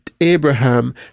Abraham